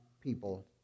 people